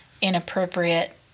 inappropriate